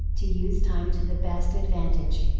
to use time to the best advantage.